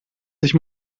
sich